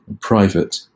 private